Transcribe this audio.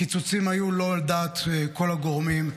הקיצוצים היו לא על דעת כל הגורמים,